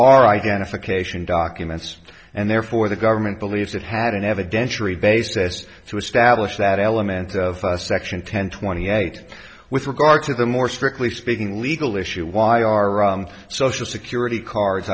are identification documents and therefore the government believes it had an evidentiary basis to establish that element of section ten twenty eight with regard to the more strictly speaking legal issue why our social security cards